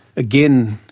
again,